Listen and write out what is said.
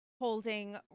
holding